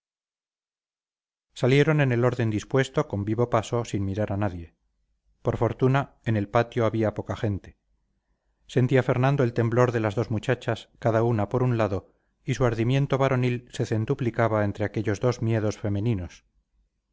salieron en el orden dispuesto con vivo paso sin mirar a nadie por fortuna en el patio había poca gente sentía fernando el temblor de las dos muchachas cada una por un lado y su ardimiento varonil se centuplicaba entre aquellos dos miedos femeninos